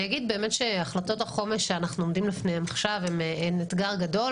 אני אגיד שההחלטות החומש שאנחנו עומדים לפניהן עכשיו הן אתגר גדול.